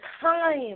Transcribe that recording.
time